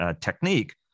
technique